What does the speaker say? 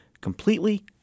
completely